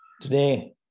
Today